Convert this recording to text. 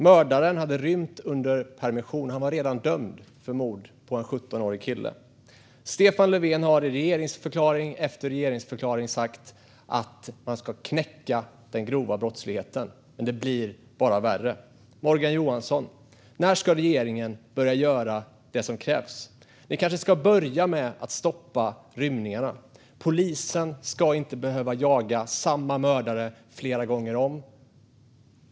Mördaren hade rymt under en permission; han var redan dömd för mord på en 17-årig kille. Stefan Löfven har i regeringsförklaring efter regeringsförklaring sagt att man ska knäcka den grova brottsligheten. Men det blir bara värre. Morgan Johansson! När ska regeringen börja göra det som krävs? Ni kanske kan börja med att stoppa rymningarna. Polisen ska inte behöva jaga samma mördare flera gånger om.